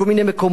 מכל מיני מקומות,